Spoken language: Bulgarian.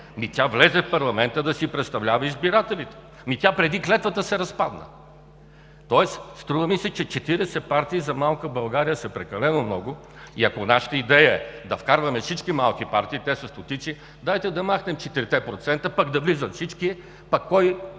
Тя влезе в парламента да си представлява избирателите и преди клетвата се разпадна! Тоест струва ми се, че 40 партии за малка България са прекалено много. Ако нашата идея е да вкарваме всички малки партии, те са стотици, дайте да махнем четирите процента – да влизат всички. Пък кой